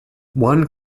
one